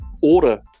order